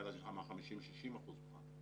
היה שם 50%-60% פחת,